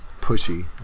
pushy